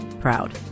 proud